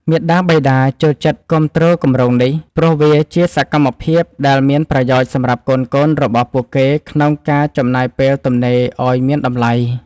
មាតាបិតា ចូលចិត្តគាំទ្រគម្រោងនេះ ព្រោះវាជាសកម្មភាពដែលមានប្រយោជន៍សម្រាប់កូនៗរបស់ពួកគេក្នុងការចំណាយពេលទំនេរឱ្យមានតម្លៃ។